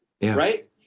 right